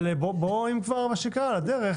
אבל בואו נעדן אותו קצת על הדרך.